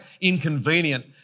inconvenient